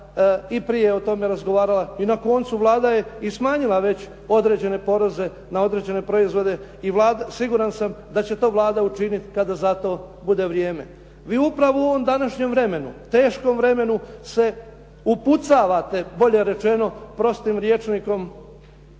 i prije o tome razgovarala i na koncu Vlada je i smanjila već određene poreze na određene proizvode i siguran sam da će to Vlada učiniti kada za to bude vrijeme. Vi upravo u ovom današnjem vremenu, teškom vremenu, se upucavate bolje rečeno prostim rječnikom